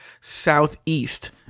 southeast